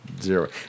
zero